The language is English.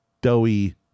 doughy